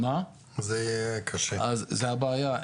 זה הבעיה.